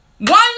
one